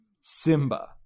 Simba